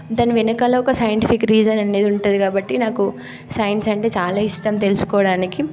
దాని వెనకాల ఒక సైంటిఫిక్ రీజన్ అనేది ఉంటుంది కాబట్టి నాకు సైన్స్ అంటే చాలా ఇష్టం తెలుసుకోవడానికి